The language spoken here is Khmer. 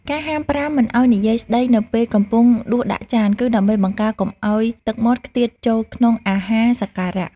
ការហាមប្រាមមិនឱ្យនិយាយស្តីនៅពេលកំពុងដួសដាក់ចាន គឺដើម្បីបង្ការកុំឱ្យទឹកមាត់ខ្ទាតចូលក្នុងអាហារសក្ការៈ។